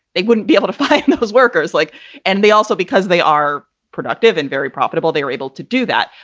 they wouldn't be able to find and those workers like and they also, because they are productive and very profitable, they are able to do that.